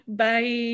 bye